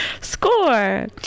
Score